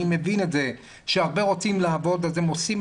אני מבין שהרבה רוצים לעבוד אז הם עושים,